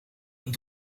een